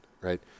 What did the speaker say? Right